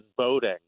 voting